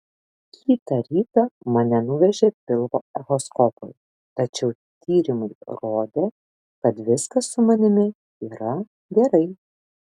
kitą rytą mane nuvežė pilvo echoskopui tačiau tyrimai rodė kad viskas su manimi yra gerai